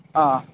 ஆ